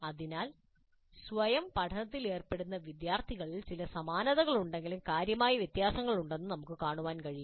അതിനാൽ സ്വയം പഠനത്തിൽ ഏർപ്പെടുന്ന വിദ്യാർത്ഥികളിൽ ചില സമാനതകൾ ഉണ്ടെങ്കിലും കാര്യമായ വ്യത്യാസങ്ങളുണ്ടെന്ന് നമുക്ക് കാണാൻ കഴിയും